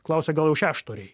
klausia gal jau šešto reik